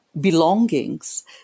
belongings